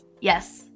Yes